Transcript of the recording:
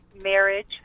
marriage